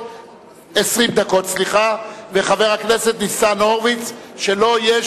בעד, 59, אין מתנגדים ואין נמנעים.